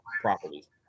properties